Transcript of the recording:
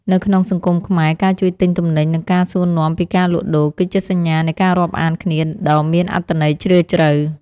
នៅក្នុងសង្គមខ្មែរ ការជួយទិញទំនិញនិងការសួរនាំពីការលក់ដូរ គឺជាសញ្ញានៃការរាប់អានគ្នាដ៏មានអត្ថន័យជ្រាលជ្រៅ។